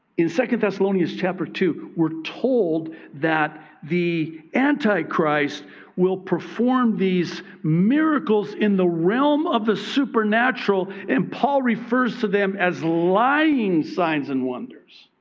in second thessalonians chapter two, we're told that the anti christ will perform these miracles in the realm of the supernatural, and paul refers to them as lying signs and wonders.